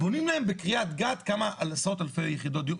בונים להם בקריית גת, עשרות אלפי יחידות דיור.